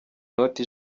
noti